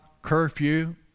curfew